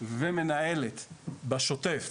ומנהלת בשוטף